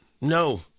No